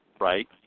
Right